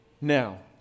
now